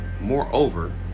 Moreover